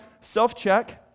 self-check